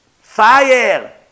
Fire